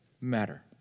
matter